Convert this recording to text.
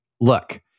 Look